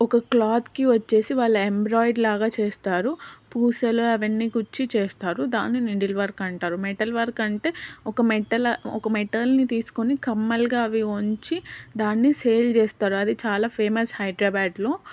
ఒక క్లాత్కి వచ్చేసి వాళ్ళు ఎంబ్రాయిడరీ లాగా చేస్తారు పూసలు అవన్నీ గుచ్చి చేస్తారు దాన్ని నీడిల్ వర్క్ అంటారు మెటల్ వర్క్ అంటే ఒక మెటల్ ఒక మెటల్ని తీసుకొని కమ్మలుగా అవి వంచి దాన్ని సేల్ చేస్తారు అది చాలా ఫేమస్ హైదరాబాద్లో